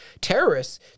terrorists